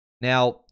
Now